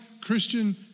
Christian